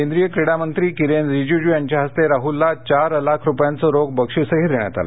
केंद्रीय क्रीडा मंत्री किरेन रीजिजु यांच्या हस्ते राहुलला चार लाख रुपयांचं रोख बक्षीसही देण्यात आलं